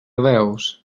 veus